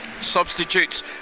substitutes